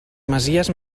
masies